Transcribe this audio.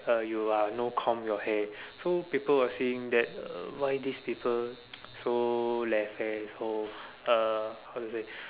uh you are no comb your hair so people will saying that why this people so lazy so uh how to say